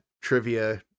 trivia